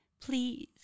please